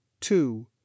Two